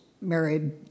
married